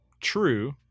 true